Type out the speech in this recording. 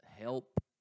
help